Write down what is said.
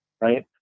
right